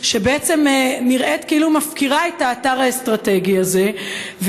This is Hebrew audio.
שנראית כאילו מפקירה את האתר האסטרטגי הזה?